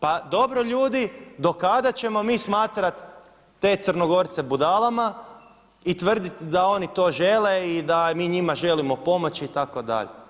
Pa dobro ljudi do kada ćemo mi smatrati te Crnogorce budalama i tvrditi da oni to žele i da mi njima želimo pomoći itd.